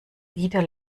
wieder